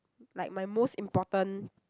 like my most important